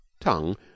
tongue